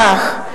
כך,